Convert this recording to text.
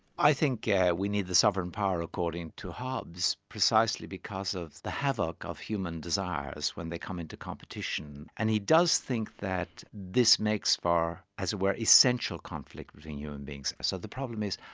i think yeah we need the sovereign power according to hobbes, precisely because of the havoc of human desires when they come into competition, and he does think that this makes for, as it were, essential conflict between human beings. so the problem is,